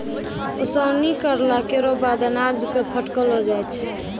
ओसौनी करला केरो बाद अनाज क फटकलो जाय छै